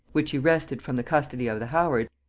which he wrested from the custody of the howards,